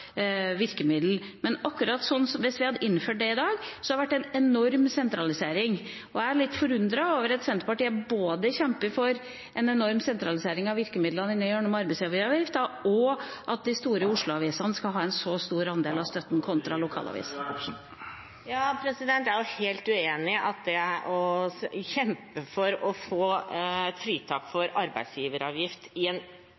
hvis vi hadde innført det i dag, ville det ha vært en enorm sentralisering. Jeg er litt forundret over at Senterpartiet både kjemper for en enorm sentralisering av virkemidlene gjennom arbeidsgiveravgiften, og at de store Oslo-avisene skal ha en så stor andel av støtten sammenlignet med lokalavisene. Tida er ute. Jeg er helt uenig i at det å kjempe for å få et fritak for arbeidsgiveravgift i en